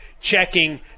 checking